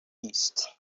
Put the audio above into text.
east